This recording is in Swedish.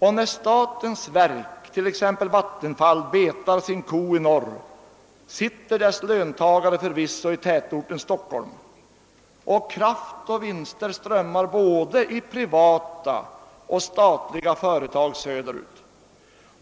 När statens verk, t.ex. vattenfallsverket, betar sin ko i norr sitter dess löntagare förvisso i tätorten Stockholm. Och kraft och vinster strömmar till både privata och statliga företag söderut.